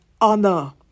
honor